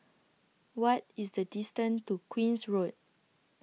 What IS The distance to Queen's Road